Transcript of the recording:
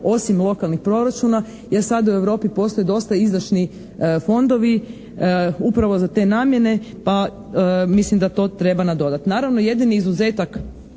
osim lokalnih proračuna jer sada u Europi postoje dosta izdašni fondovi upravo za te namjene pa mislim da to treba nadodati. Naravno, jedini izuzetak